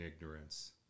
ignorance